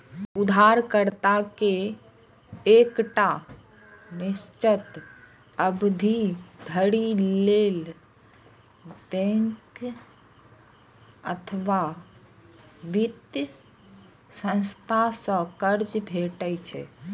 उधारकर्ता कें एकटा निश्चित अवधि धरि लेल बैंक अथवा वित्तीय संस्था सं कर्ज भेटै छै